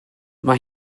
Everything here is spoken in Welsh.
mae